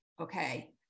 okay